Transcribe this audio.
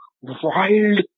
wild